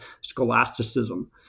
scholasticism